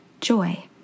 joy